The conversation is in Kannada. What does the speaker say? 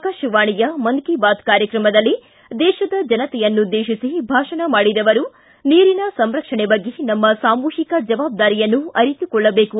ಆಕಾಶವಾಣಿಯ ಮನ್ ಕಿ ಬಾತ್ ಕಾರ್ಯಕ್ರಮದಲ್ಲಿ ದೇಶದ ಜನತೆಯನ್ನುದ್ದೇಶಿಸಿ ಭಾಷಣ ಮಾಡಿದ ಅವರು ನೀರಿನ ಸಂರಕ್ಷಣೆ ಬಗ್ಗೆ ನಮ್ಮ ಸಾಮೂಹಿಕ ಜವಾಬ್ದಾರಿಯನ್ನು ಅರಿತುಕೊಳ್ಳಬೇಕು